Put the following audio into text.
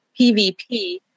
PVP